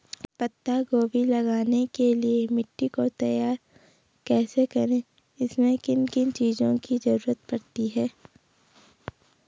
पत्ता गोभी लगाने के लिए मिट्टी को तैयार कैसे करें इसमें किन किन चीज़ों की जरूरत पड़ती है?